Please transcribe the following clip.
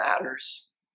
matters